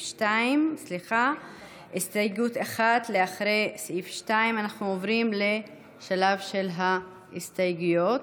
2. אנחנו עוברים לשלב של ההסתייגויות.